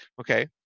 Okay